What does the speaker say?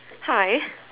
hi